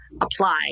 apply